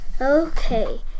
Okay